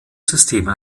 systeme